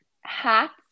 hats